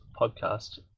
Podcast